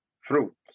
fruits